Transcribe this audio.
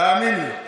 תאמין לי.